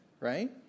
Right